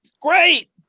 Great